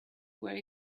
were